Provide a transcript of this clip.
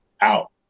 out